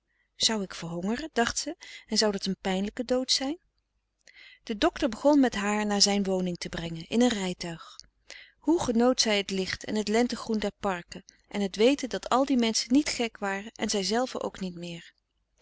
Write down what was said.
zou ik verhongeren dacht ze en zou dat een pijnlijke dood zijn de docter begon met haar naar zijn woning te brengen in een rijtuig hoe genoot zij het licht en het lentegroen der parken en het weten dat al die menschen niet gek waren en zij zelve ook niet meer